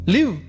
Live